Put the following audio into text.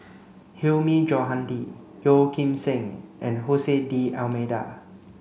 Hilmi Johandi Yeo Kim Seng and Hose D'almeida